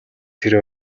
тэр